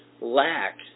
lack